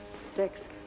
six